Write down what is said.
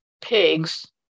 pigs